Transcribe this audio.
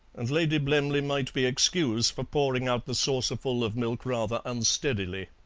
and lady blemley might be excused for pouring out the saucerful of milk rather unsteadily.